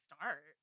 start